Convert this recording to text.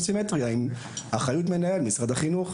סימטריה עם אחריות מנהל במשרד החינוך.